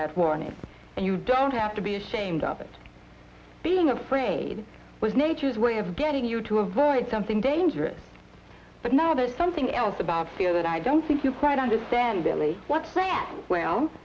that warning and you don't have to be ashamed of it being afraid was nature's way of getting you to avoid something dangerous but now there's something else about fear that i don't think you quite understand billy what